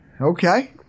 Okay